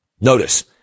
Notice